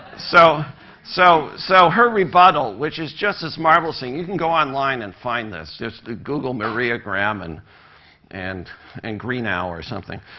so so so her rebuttal, which is just this marvelous thing you can go online and find this. just ah google maria graham and and and greenough or something.